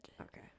okay